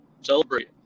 celebrate